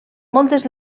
moltes